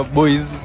boys